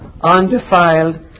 undefiled